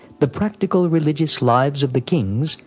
the practical religious lives of the kings,